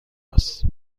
است